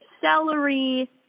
celery